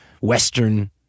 Western